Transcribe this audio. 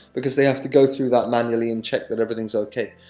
because they have to go through that manually, and check that everything's okay.